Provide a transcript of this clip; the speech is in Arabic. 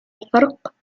الفرق